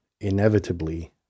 inevitably